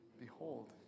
Behold